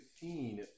seen